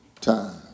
time